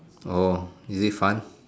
orh is it fun